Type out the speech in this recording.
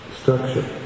structure